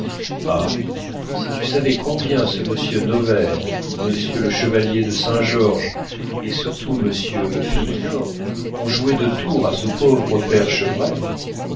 ah si tu savais combien ce m noverre m le chevalier de saint-georges et surtout m philidor ont joué de tours à ce pauvre père